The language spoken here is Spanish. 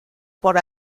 por